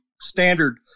standard